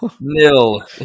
nil